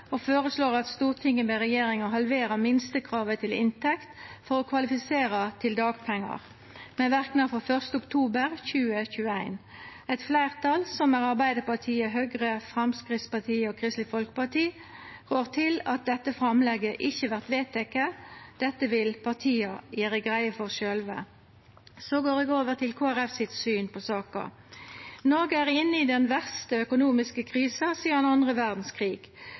og føreslår at Stortinget ber regjeringa halvera minstekravet til inntekt for å kvalifisera til dagpengar, med verknad frå 1. oktober 2021. Eit fleirtal, som er Arbeidarpartiet, Høgre, Framstegspartiet og Kristeleg Folkeparti, rår til at dette framlegget ikkje vert vedteke. Dette vil partia gjera greie for sjølve. Så går eg over til Kristeleg Folkepartis syn på saka. Noreg er inne i den verste økonomiske krisa sidan den andre